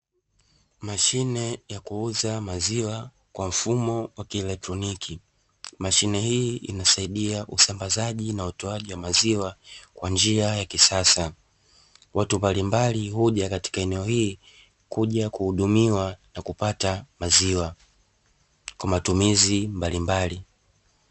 Mashine ya kuuza maziwa kwa mfumo wa kielektroniki, mashine hii inasaidia usambazaji na utoaji wa maziwa kwa njia ya kisasa, watu mbalimbali huja katika eneo hili kuja kuhudumiwa na kupata maziwa kwa matumizi mbalimbali.